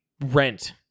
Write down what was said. rent